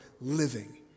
living